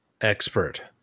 expert